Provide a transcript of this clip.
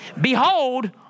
Behold